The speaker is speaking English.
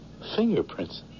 Fingerprints